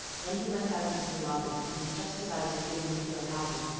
then he went out into the lobby, and, just as i was beginning to feel happy,